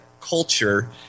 culture